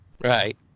Right